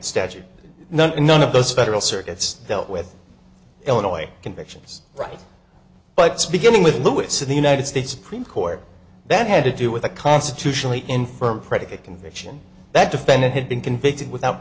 statute or not none of those federal circuits dealt with illinois convictions right but beginning with lewis in the united states supreme court that had to do with a constitutionally infirm predicate conviction that defendant had been convicted without